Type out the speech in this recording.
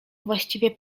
właściwie